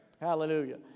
Hallelujah